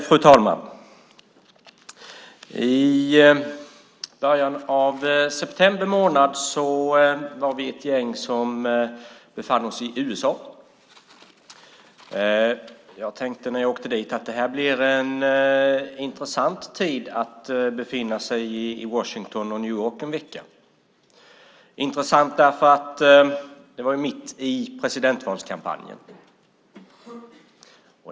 Fru talman! I början av september månad var vi ett gäng som befann oss i USA. Jag tänkte när jag åkte dit att det skulle bli intressant att befinna sig i Washington och New York en vecka. Det var mitt i presidentvalskampanjen.